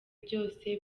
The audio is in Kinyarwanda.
byose